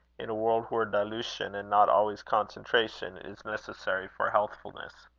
in a world where dilution, and not always concentration, is necessary for healthfulness.